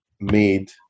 made